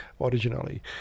originally